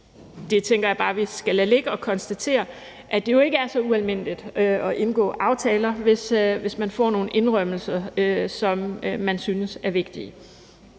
jeg tænker, at vi bare skal lade det ligge og konstatere, at det jo ikke er så ualmindeligt at indgå aftaler, hvis man får nogle indrømmelser, som man synes er vigtige.